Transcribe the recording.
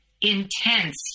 intense